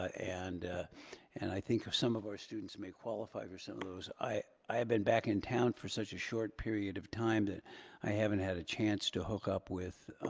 and and i think if some of our students may qualify for some of those. i i have been back in town for such a short period of time that i haven't had a chance to hook up with